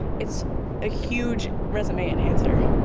it's a huge resume enhancer.